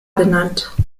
benannt